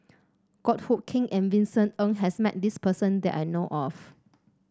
Goh Hood Keng and Vincent Ng has met this person that I know of